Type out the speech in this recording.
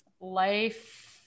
life